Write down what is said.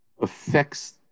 affects